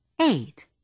Eight